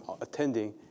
attending